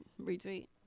Retweet